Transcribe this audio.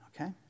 Okay